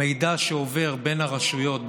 המידע שעובר בין הרשויות,